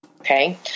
Okay